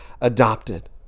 adopted